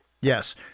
yes